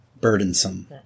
burdensome